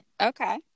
okay